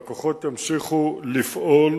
והכוחות ימשיכו לפעול